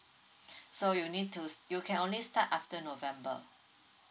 so you need to you can only start after november